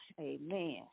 Amen